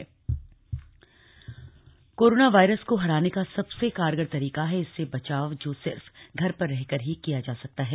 doctor advisory corona virus को हराने का सबसे कारगर तरीका है इससे बचाव जो सिर्फ घर पर रहकर ही किया जा सकता है